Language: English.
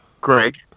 Greg